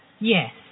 Yes